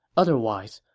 otherwise,